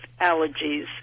allergies